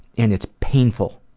and it's painful.